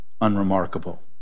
unremarkable